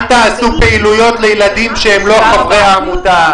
אל תעשו פעילויות לילדים שהם לא חברי העמותה,